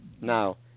Now